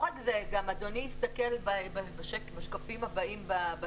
אם אדוני יסתכל בשקפים הבאים בתור,